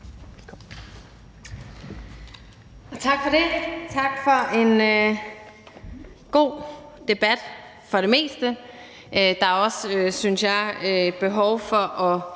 Tak for det. Og tak for en god debat – det meste af den. Der er også, synes jeg, behov for at